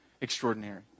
extraordinary